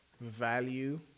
value